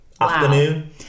afternoon